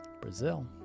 Brazil